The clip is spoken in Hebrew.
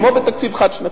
כמו בתקציב חד-שנתי.